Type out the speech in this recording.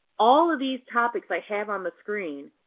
all of these topics i have on the screen,